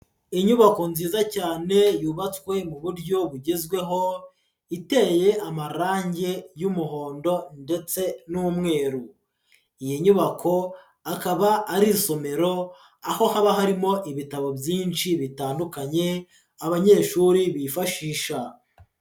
Inyubako nziza cyane yubatswe mu buryo bugezweho, iteye amarangi y'umuhondo ndetse n'umweru, iyi nyubako akaba ari isomero, aho haba harimo ibitabo byinshi bitandukanye, abanyeshuri bifashisha.